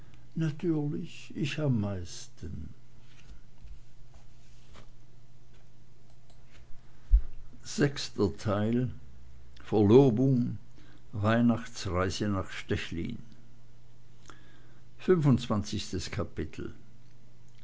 natürlich ich am meisten verlobung weihnachtsreise nach stechlin